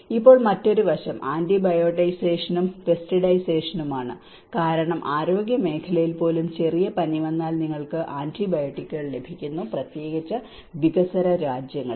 ഇപ്പോൾ മറ്റൊരു വശം ആൻറിബയോട്ടിസേഷനും പെസ്റ്റിസൈഡിസേഷനുമാണ് കാരണം ആരോഗ്യമേഖലയിൽ പോലും ചെറിയ പനി വന്നാൽ നിങ്ങൾക്ക് ആന്റിബയോട്ടിക്കുകൾ ലഭിക്കുന്നു പ്രത്യേകിച്ച് വികസ്വര രാജ്യങ്ങളിൽ